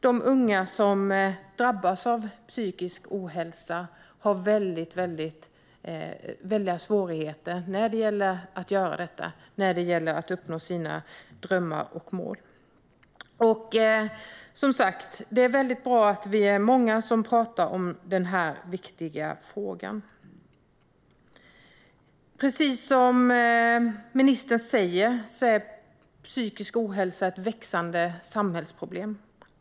De unga som drabbas av psykisk ohälsa har stora svårigheter att uppnå detta. Det är därför bra att vi är många som talar om denna viktiga fråga. Precis som ministern säger är psykisk ohälsa ett växande samhällsproblem.